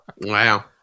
Wow